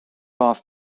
off